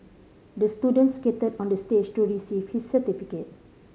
the student skated onto the stage to receive his certificate